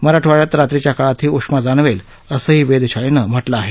मराठवाङ्यात रात्रीच्या विदर्भात काळातही उष्मा जाणवेल असंही वेधशाळेनं म्हटलं आहे